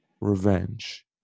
revenge